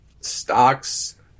stocks